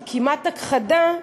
של כמעט הכחדה,